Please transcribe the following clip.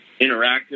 interactive